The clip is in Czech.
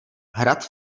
hrad